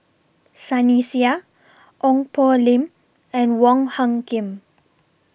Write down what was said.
Sunny Sia Ong Poh Lim and Wong Hung Khim